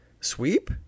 sweep